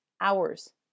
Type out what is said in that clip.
hours